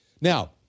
Now